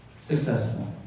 successful